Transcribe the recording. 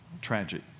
tragic